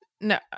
no